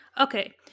Okay